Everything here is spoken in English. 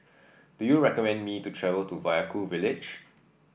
do you recommend me to travel to Vaiaku village